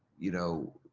you know,